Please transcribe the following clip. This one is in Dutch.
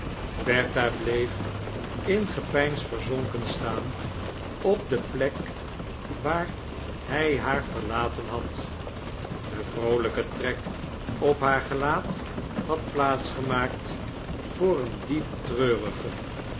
bleef in gepeins verzonken staan op de plek waar hij haar verlatan had de vroolijke trek op haar gelaat had plaats gemaakt voor een diep treurigen